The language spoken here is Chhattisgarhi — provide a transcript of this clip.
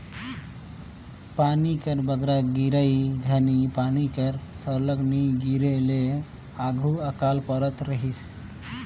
पानी कर बगरा गिरई घनी पानी कर सरलग नी गिरे ले आघु अकाल परत रहिस